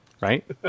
right